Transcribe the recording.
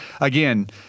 Again